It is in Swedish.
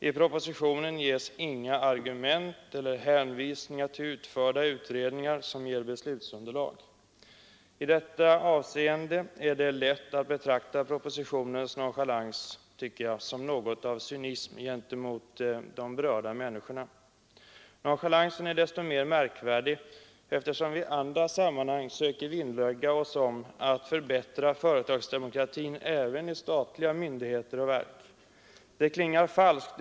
I propositionen finns inga argument eller hänvisningar till utförda utredningar som ger beslutsunderlag. I detta avseende är det lätt att betrakta propositionens nonchalans såsom något av cynism gentemot de berörda människorna. Nonchalansen är desto mer anmärkningsvärd, eftersom vi i andra sammanhang söker vinnlägga oss om att förbättra företagsdemokratin även i statliga myndigheter och verk.